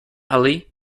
ali